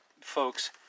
folks